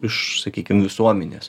iš sakykim visuomenės